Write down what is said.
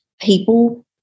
people